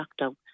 lockdown